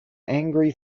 angry